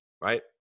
right